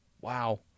wow